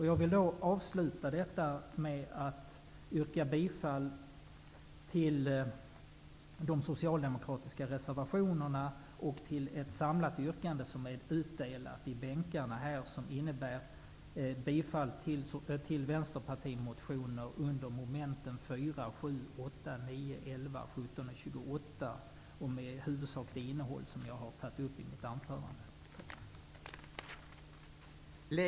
Jag vill avsluta med att yrka bifall till de socialdemokratiska reservationerna och till ett samlat yrkande som är utdelat i bänkarna och som innebär bifall till Vänsterpartiets motioner under mom. 4, 7, 8, 9, 11, 17 och 28. Det huvudsakliga innehållet har jag tagit upp i mitt anförande. yrkande 7 som sin mening ger regeringen till känna vad i motionen anförts om att införa en regel som ger rätt till bistånd vid flyttning till annan kommun.